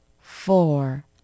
Four